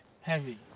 Heavy